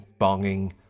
bonging